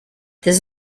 this